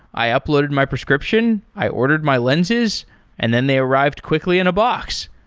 i uploaded my prescription. i ordered my lenses and then they arrived quickly in a box.